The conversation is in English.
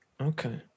Okay